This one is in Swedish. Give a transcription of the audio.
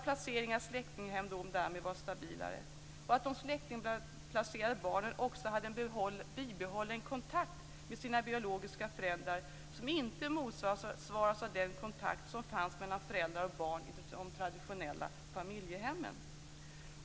Placeringar i släktinghem är därvid stabilare. De släktinghemsplacerade barnen har haft en bibehållen kontakt med sina biologiska föräldrar, som inte motsvaras av den kontakt som har funnits mellan föräldrar och barn i traditionella familjehem.